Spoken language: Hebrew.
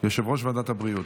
יושב-ראש ועדת הבריאות.